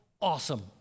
awesome